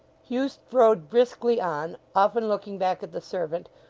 hugh strode briskly on, often looking back at the servant,